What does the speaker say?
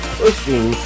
pushing